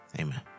Amen